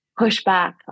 pushback